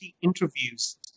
interviews